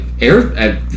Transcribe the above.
air